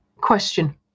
Question